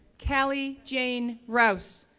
callie jane rouse,